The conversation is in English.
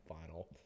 final